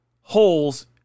holes